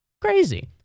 Crazy